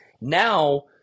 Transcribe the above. now